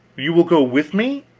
you will go with me?